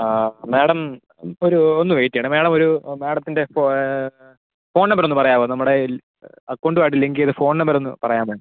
ആ മേഡം ഇപ്പോഴൊരു ഒന്ന് വെയിറ്റ് ചെയ്യണെ മേഡമൊരു മാഡത്തിൻ്റെ ഫോൺ നമ്പറൊന്ന് പറയാമോ നമ്മുടെ ഈ അക്കൗണ്ടുമായിട്ട് ലിങ്ക് ചെയ്ത ഫോൺ നമ്പരൊന്ന് പറയാമോ